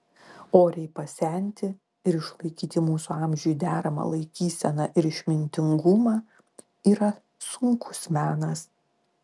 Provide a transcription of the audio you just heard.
oriai pasenti ir išlaikyti mūsų amžiui deramą laikyseną ir išmintingumą yra sunkus menas